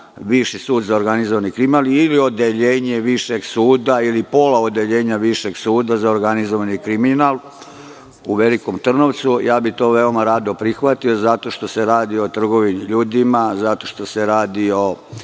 viši sud za organizovani kriminal, ili odeljenje višeg suda, ili pola odeljenja višeg suda za organizovani kriminal u Velikom Trnovcu, to bih veoma rado prihvatio zato što se radi o trgovini ljudima, zato što se radi o